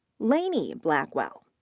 laney blackwell.